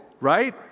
right